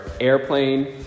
airplane